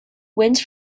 winds